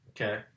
Okay